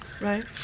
Right